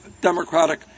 Democratic